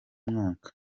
mwaka